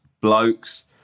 blokes